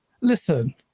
listen